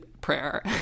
prayer